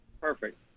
Perfect